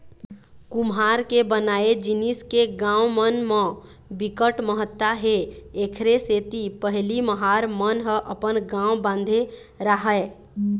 कुम्हार के बनाए जिनिस के गाँव मन म बिकट महत्ता हे एखरे सेती पहिली महार मन ह अपन गाँव बांधे राहय